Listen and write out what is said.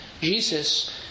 Jesus